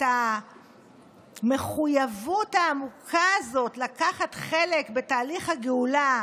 את המחויבות העמוקה הזאת לקחת חלק בתהליך הגאולה